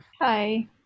Hi